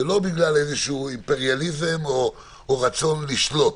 זה לא בגלל איזשהו אימפריאליזם או רצון לשלוט.